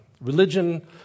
religion